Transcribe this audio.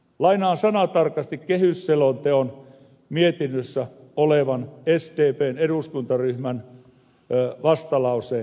lainaan sanatarkasti kehysselonteon mietinnössä olevan sdpn eduskuntaryhmän vastalauseen tekstiä